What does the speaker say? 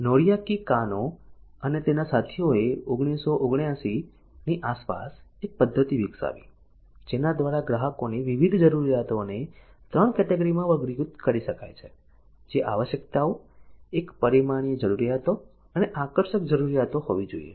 Noriaki Kano અને તેના સાથીઓએ 1979 ની આસપાસ એક પદ્ધતિ વિકસાવી જેના દ્વારા ગ્રાહકોની વિવિધ જરૂરિયાતોને 3 કેટેગરીમાં વર્ગીકૃત કરી શકાય છે જે આવશ્યકતાઓ એક પરિમાણીય જરૂરિયાતો અને આકર્ષક જરૂરિયાતો હોવી જોઈએ